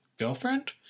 girlfriend